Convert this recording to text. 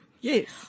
yes